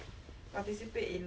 I I realized that like